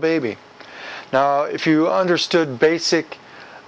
baby now if you understood basic